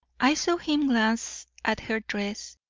i saw him glance at her dress,